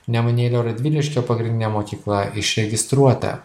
nemunėlio radviliškio pagrindinė mokykla išregistruota